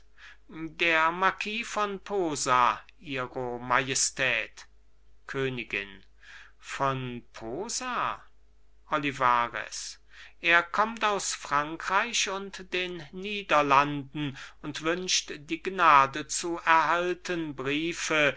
der marquis von posa ihre majestät königin von posa olivarez er kommt aus frankreich und den niederlanden und wünscht die gnade zu erhalten briefe